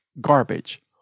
garbage